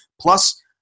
plus